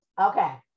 Okay